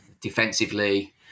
Defensively